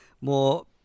more